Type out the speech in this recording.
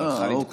אבל חל עדכון.